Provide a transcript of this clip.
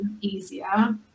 easier